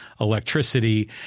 electricity